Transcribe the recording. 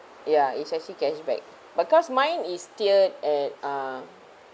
ya it's actually cashback because mine is tier at uh